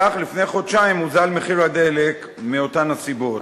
כך, לפני חודשיים הוזל מחיר הדלק מאותן הסיבות.